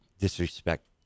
disrespect